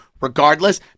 Regardless